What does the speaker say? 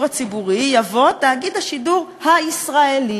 הציבורי" יבוא "תאגיד השידור הישראלי".